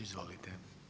Izvolite.